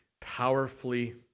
powerfully